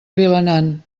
vilanant